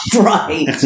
Right